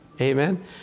Amen